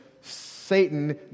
Satan